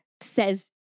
says